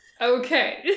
okay